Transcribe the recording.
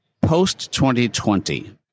post-2020